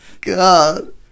God